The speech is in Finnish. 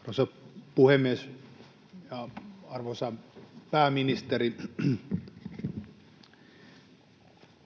Arvoisa puhemies! Arvoisa pääministeri,